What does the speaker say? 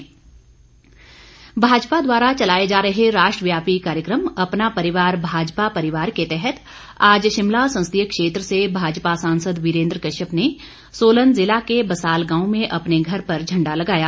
वीरेंद्र कश्यप भाजपा द्वारा चलाए जा रहे राष्ट्र व्यापी कार्यक्रम अपना परिवार भाजपा परिवार के तहत आज शिमला संसदीय क्षेत्र से भाजपा सांसद वीरेंद्र कश्यप ने सोलन ज़िला के बसाल गांव में अपने घर पर झंडा लगाया